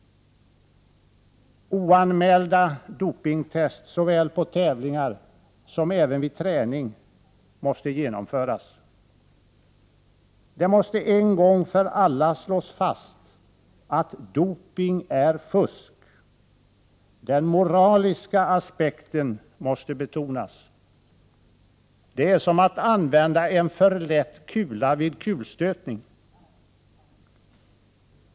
Oanmälda dopingtest såväl på tävlingar som vid träning måste genomföras. Det måste en gång för alla slås fast att doping är fusk. Den moraliska aspekten måste betonas. Det är som att använda en för lätt kula vid kulstötning.